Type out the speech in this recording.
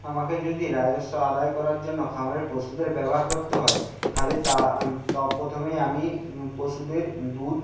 আমাকে যদি রাজস্ব আদায় করার জন্য খামারের পশুদের ব্যবহার করতে হয় তাহলে তা তো প্রথমে আমি পশুদের দুধ